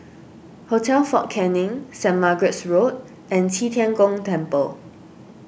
Hotel fort Canning Saint Margaret's Road and Qi Tian Gong Temple